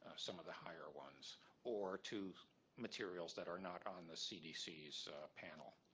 some of the higher ones or to materials that are not on the cdc's panel.